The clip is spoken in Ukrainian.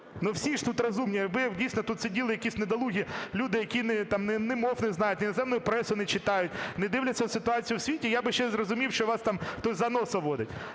Ну, всі ж тут розумні! Якби, дійсно, тут сиділи якісь недолугі люди, які там ні мов не знають, ні іноземну пресу не читають, не дивляться ситуацію в світі, я би ще зрозумів, що вас там хтось за носа водить.